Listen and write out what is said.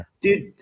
Dude